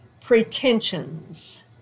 pretensions